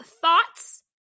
thoughts